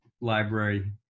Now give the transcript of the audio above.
library